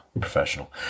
professional